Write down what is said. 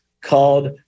called